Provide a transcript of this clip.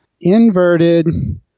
inverted